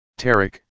Tarek